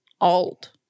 Old